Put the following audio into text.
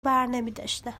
برنمیداشتن